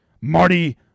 marty